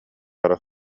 бара